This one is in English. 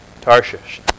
Tarshish